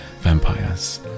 Vampires